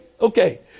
okay